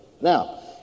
Now